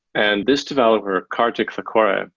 and this developer, kartik thakore, ah